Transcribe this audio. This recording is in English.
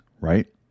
right